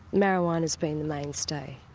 marijuana has been the mainstay.